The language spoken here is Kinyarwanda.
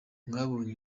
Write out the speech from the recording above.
mwabonye